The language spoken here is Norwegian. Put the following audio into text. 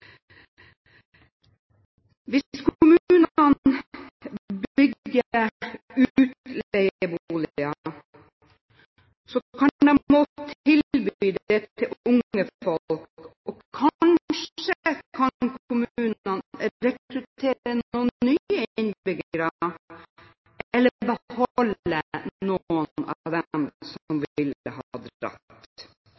kan de også tilby det til unge folk. Kanskje kan kommunene rekruttere noen nye innbyggere eller beholde noen av dem som